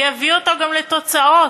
ויביא אותו גם לתוצאות.